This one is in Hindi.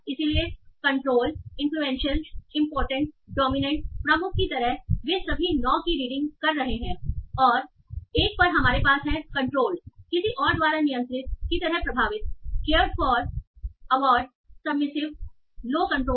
इसलिए कंट्रोल इनफ्लुएंशल इंपॉर्टेंटडोमिनेंट प्रमुख की तरह वे सभी 9 की रीडिंग कर रहे हैं और 1 पर हमारे पास हैं controlled influenced cared for avoid submissive low control